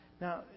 Now